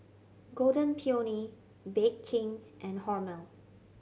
Golden Peony Bake King and Hormel